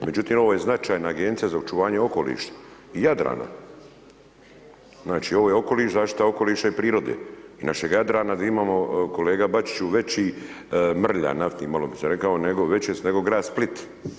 Međutim ovo je značajna Agencija za očuvanje okoliša i Jadrana, znači ovo je okoliš, zaštita okoliša i prirode i našeg Jadrana gdje imamo kolega Bačiću većih mrlja, naftnih, malo sam rekao, veće su nego grad Split.